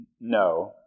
no